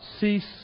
cease